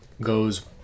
goes